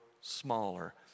smaller